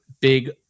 big